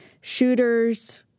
shooters